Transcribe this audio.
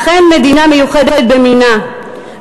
אכן מדינה מיוחדת במינה,